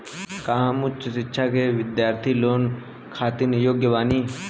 का हम उच्च शिक्षा के बिद्यार्थी लोन खातिर योग्य बानी?